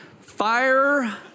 Fire